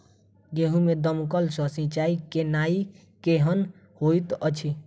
गेंहूँ मे दमकल सँ सिंचाई केनाइ केहन होइत अछि?